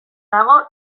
dago